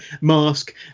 mask